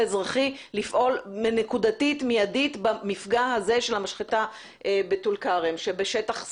האזרחי לפעול נקודתית מיידית במפגע הזה של המשחטה בטולכרם שבשטח C,